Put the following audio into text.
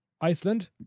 Iceland